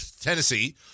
Tennessee